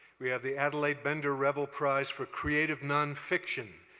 we have the adelaide bender reville prize for creative nonfiction.